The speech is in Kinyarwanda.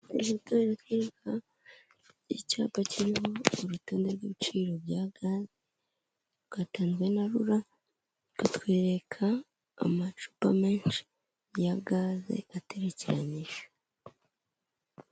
Aha ngaha barakwereka icyapa kirimo urutonde rw'ibiciro bya gaze, rwatanzwe na RURA, bakatwereka amacupa menshi ya gaze aterekeranyije.